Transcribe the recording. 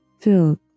filled